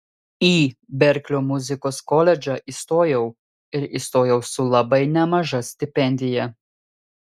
į berklio muzikos koledžą įstojau ir įstojau su labai nemaža stipendija